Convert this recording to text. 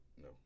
No